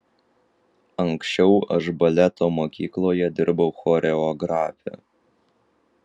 anksčiau aš baleto mokykloje dirbau choreografe